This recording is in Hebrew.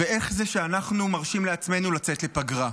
איך זה שאנחנו מרשים לעצמנו לצאת לפגרה?